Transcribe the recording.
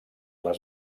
les